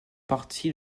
partie